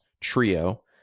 trio